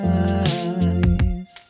eyes